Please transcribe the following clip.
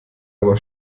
aber